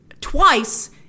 twice